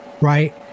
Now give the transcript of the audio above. right